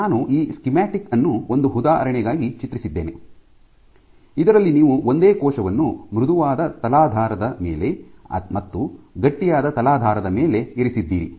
ನಾನು ಈ ಸ್ಕೀಮ್ಯಾಟಿಕ್ ಅನ್ನು ಒಂದು ಉದಾಹರಣೆಗಾಗಿ ಚಿತ್ರಿಸಿದ್ದೇನೆ ಇದರಲ್ಲಿ ನೀವು ಒಂದೇ ಕೋಶವನ್ನು ಮೃದುವಾದ ತಲಾಧಾರದ ಮೇಲೆ ಮತ್ತು ಗಟ್ಟಿಯಾದ ತಲಾಧಾರದ ಮೇಲೆ ಇರಿಸಿದ್ದೀರಿ